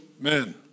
men